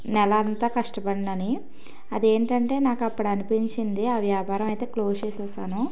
నెల అంతా కష్టపడిన అది ఏంటంటే నాకు అప్పుడు అనిపించింది ఆ వ్యాపారం అయితే క్లోజ్ చేసాను